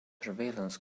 surveillance